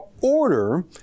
order